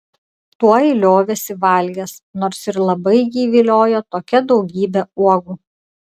tuoj liovėsi valgęs nors ir labai jį viliojo tokia daugybė uogų